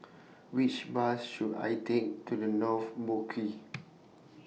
Which Bus should I Take to The North Boat Quay